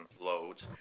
loads